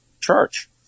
church